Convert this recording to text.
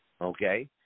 Okay